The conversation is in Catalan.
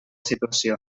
situació